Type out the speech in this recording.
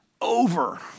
over